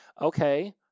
Okay